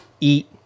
eat